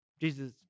Jesus